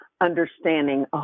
understanding